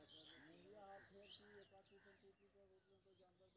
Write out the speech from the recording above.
हमरा दुर्गा पूजा के लिए त्योहार पर कर्जा मिल सकय?